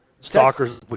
Stalkers